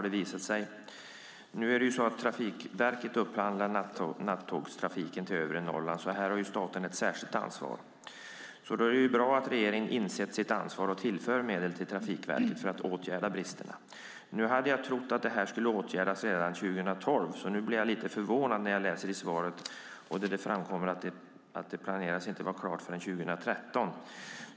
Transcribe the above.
Det är Trafikverket som upphandlar nattågstrafiken till övre Norrland. Därför har staten ett särskilt ansvar för detta. Då är det bra att regeringen har insett sitt ansvar och tillför medel till Trafikverket för att åtgärda bristerna. Nu hade jag trott att detta skulle åtgärdas redan 2012. Jag blir därför lite förvånad när jag läser svaret där det framkommer att det planeras att inte vara klart förrän 2013.